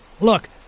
look